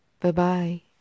bye-bye